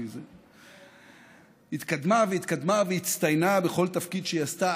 היא התקדמה והתקדמה והצטיינה בכל תפקיד שהיא עשתה,